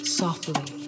softly